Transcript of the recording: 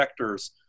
vectors